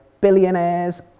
billionaires